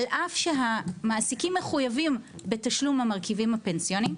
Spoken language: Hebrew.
על אף שהמעסיקים מחויבים בתשלום המרכיבים הפנסיוניים,